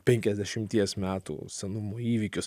penkiasdešimties metų senumo įvykius